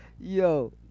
Yo